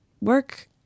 work